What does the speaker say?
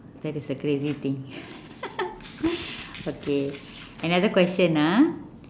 that is the crazy thing okay another question ah